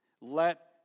let